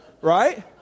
Right